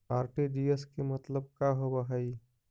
RTGS के मतलब का होव हई?